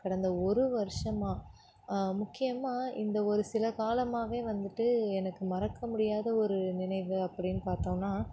கடந்த ஒரு வருடமா முக்கியமாக இந்த ஒரு சில காலமாகவே வந்துட்டு எனக்க மறக்க முடியாத ஒரு நினைவு அப்படீனு பார்த்தோன்னா